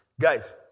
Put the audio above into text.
Guys